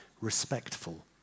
respectful